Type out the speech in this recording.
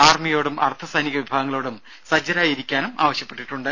ആർമിയോടും അർദ്ധ സൈനിക വിഭാഗങ്ങളോടും സജ്ജരായി ഇരിക്കാനും ആവശ്യപ്പെട്ടിട്ടുണ്ട്